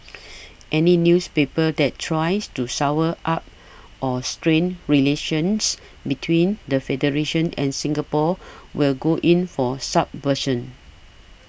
any newspaper that tries to sour up or strain relations between the Federation and Singapore will go in for subversion